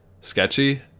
sketchy